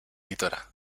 editora